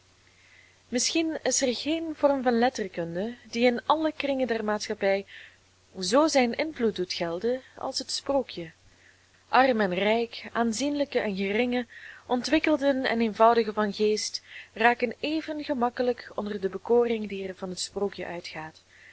misschien is er geen vorm van letterkunde die in alle kringen der maatschappij zoo zijn invloed doet gelden als het sprookje arm en rijk aanzienlijken en geringen ontwikkelden en eenvoudigen van geest raken even gemakkelijk onder de bekoring die er van het sprookje uitgaat